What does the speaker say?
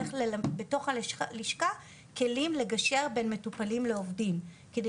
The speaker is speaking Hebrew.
איך לתת בתוך הלשכה כלים לגשר בין מטופלים לעובדים כדי